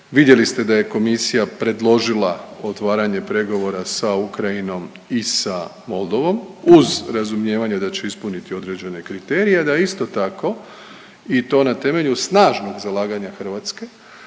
vidjeli ste da je komisija predložila otvaranje pregovora sa Ukrajinom i sa Moldovom uz razumijevanje da će ispuniti određene kriterije i da je isto tako i to na temelju snažnog zalaganja Hrvatske